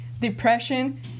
depression